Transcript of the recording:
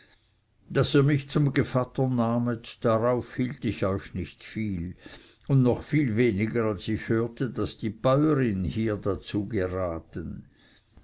daß ihr mich zum gevatter nahmet darauf hielt ich euch nicht viel und noch viel weniger als ich hörte daß die bäurin hier dazu geraten